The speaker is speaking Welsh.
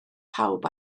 pawb